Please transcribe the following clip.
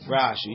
Rashi